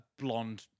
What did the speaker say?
blonde